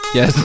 Yes